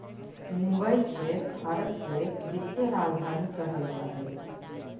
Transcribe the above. मुंबई के भारत के वित्तीय राजधानी कहल जा हइ